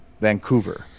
Vancouver